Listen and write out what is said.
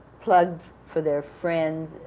plugged for their friends.